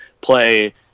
play